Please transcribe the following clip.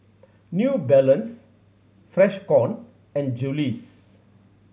New Balance Freshkon and Julie's